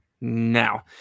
now